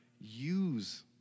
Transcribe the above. Use